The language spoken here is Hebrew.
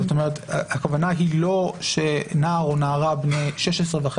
זאת אומרת שהכוונה היא לא שנער או נערה בני 16.5